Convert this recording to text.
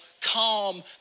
calm